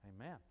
Amen